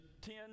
ten